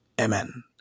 Amen